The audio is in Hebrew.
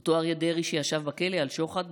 אותו אריה דרעי שישב בכלא על שוחד,